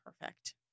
perfect